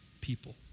people